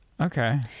okay